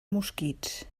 mosquits